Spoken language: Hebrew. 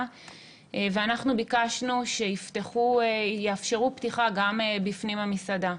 ואנחנו ביקשנו שיאפשרו פתיחה גם בפנים המסעדה.